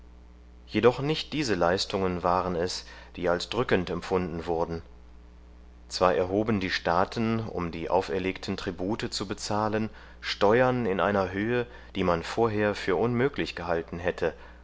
jedoch nicht diese leistungen waren es die als drückend empfunden wurden zwar erhoben die staaten um die auferlegten tribute zu bezahlen steuern in einer höhe die man vorher für unmöglich gehalten hätte